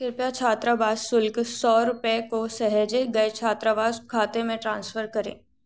कृपया छात्रावास शुल्क सौ रुपये को सहेजे गए छात्रावास खाते में ट्रांसफ़र करें